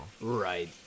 Right